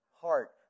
heart